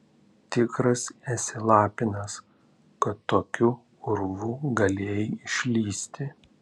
tikras esi lapinas kad tokiu urvu galėjai išlįsti